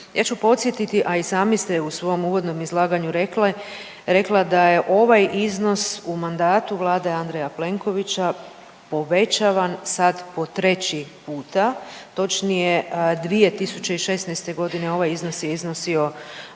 Ja ću podsjetiti, a i sami se u svom uvodnom izlaganju rekla da je ovaj iznos u mandatu vlade Andreja Plenkovića povećavan sad po treći puta. Točnije 2016. godine ovaj iznos je iznosi